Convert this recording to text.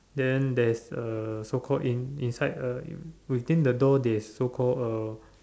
then there is a so called in inside a you within the door there is so called a